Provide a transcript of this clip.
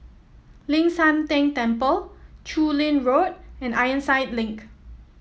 Ling San Teng Temple Chu Lin Road and Ironside Link